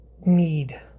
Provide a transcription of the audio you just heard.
need